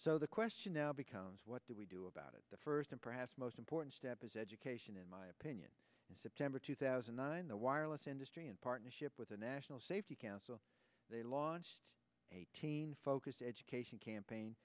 so the question now becomes what do we do about it the first and perhaps most important step is education in my opinion in september two thousand and nine the wireless industry in partnership with the national safety council they launched eighteen focused education campaign